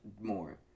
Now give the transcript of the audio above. more